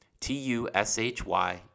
T-U-S-H-Y